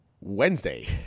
Wednesday